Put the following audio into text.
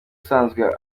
asanzwe